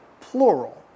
plural